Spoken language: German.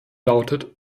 lautet